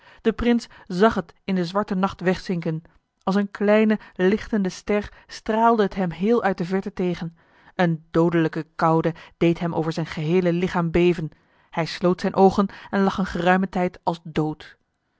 de prins zag het in den zwarten nacht wegzinken als een kleine lichtende ster straalde het hem heel uit de verte tegen een doodelijke koude deed hem over zijn geheele lichaam beven hij sloot zijn oogen en lag een geruimen tijd als dood